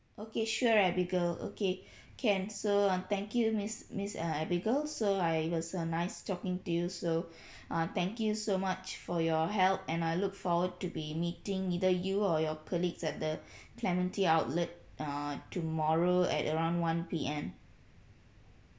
okay sure abigail okay can so uh thank you miss miss uh abigail so I was uh nice talking to you so uh thank you so much for your help and I look forward to be meeting either you or your colleagues at the clementi outlet err tomorrow at around one P_M